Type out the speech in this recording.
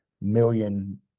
million